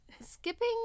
Skipping